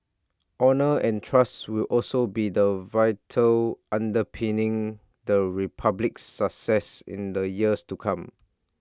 honour and trust will also be the virtues underpinning the republic's success in the years to come